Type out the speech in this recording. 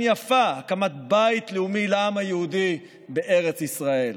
יפה הקמת בית לאומי לעם היהודי בארץ ישראל".